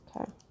Okay